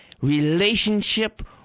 relationship